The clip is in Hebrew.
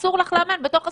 אסור לך לאמן בתוך הסטודיו.